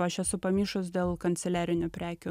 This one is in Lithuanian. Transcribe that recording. aš esu pamišus dėl kanceliarinių prekių